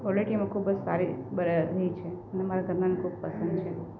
quality એમાં ખૂબ જ સારી ની છે ને મારા ઘરનાને ખૂબ પસંદ છે